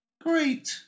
Great